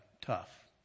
tough